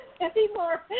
Anymore